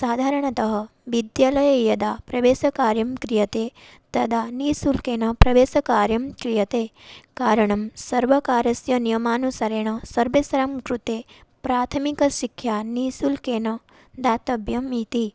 साधारणतः विद्यालये यदा प्रवेशकार्यं क्रियते तदा निश्शुल्केन प्रवेशकार्यं क्रियते कारणं सर्वकारस्य नियमानुसारेण सर्वेषां कृते प्राथमिकशिक्षा निश्शुल्केन दातव्या इति